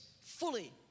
fully